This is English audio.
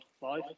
five